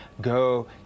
go